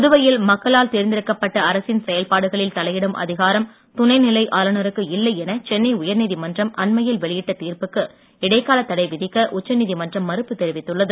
புதுவையில் அரசின் செயல்பாடுகளில் தலையிடும் அதிகாரம் துணைநிலை ஆளுனருக்கு இல்லை என சென்னை உயர் நீதிமன்றம் அண்மையில் வெளியிட்ட தீர்ப்புக்கு இடைக்காலத் தடை விதிக்க உச்ச நீதிமன்றம் மறுப்பு தெரிவித்துள்ளது